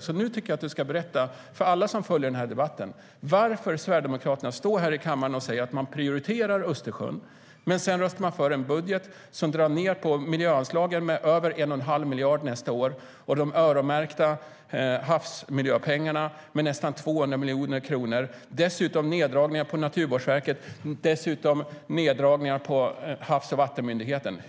så. Nu tycker jag att Martin Kinnunen ska berätta för alla som följer den här debatten varför Sverigedemokraterna står här i kammaren och säger att de prioriterar Östersjön men röstar för en budget som drar ned på miljöanslagen med över 1 1⁄2 miljard nästa år och på de öronmärkta havsmiljöpengarna med nästan 200 miljoner kronor. Dessutom sker neddragningar på Naturvårdsverket och Havs och vattenmyndigheten.